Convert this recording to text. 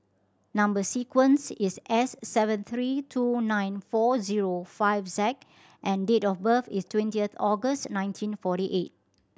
number sequence is S seven three two nine four zero five Z and date of birth is twentieth August nineteen forty eight